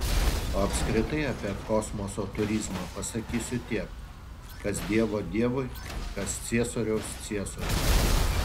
o apskritai apie kosmoso turizmą pasakysiu tiek kas dievo dievui kas ciesoriaus ciesoriui